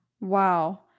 Wow